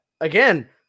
Again